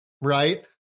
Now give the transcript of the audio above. right